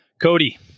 Cody